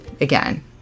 again